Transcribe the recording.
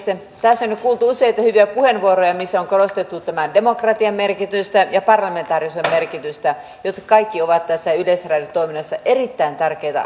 tässä on nyt kuultu useita hyviä puheenvuoroja missä on korostettu tämän demokratian merkitystä ja parlamentaarisuuden merkitystä jotka molemmat ovat tässä yleisradion toiminnassa erittäin tärkeitä asioita